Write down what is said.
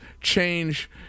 change